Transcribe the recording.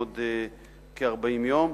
בעוד כ-40 יום,